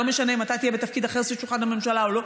ולא משנה אם אתה תהיה בתפקיד אחר סביב שולחן הממשלה או לא,